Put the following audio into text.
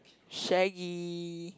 shaggy